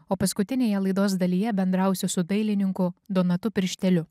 o paskutinėje laidos dalyje bendrausiu su dailininku donatu piršteliu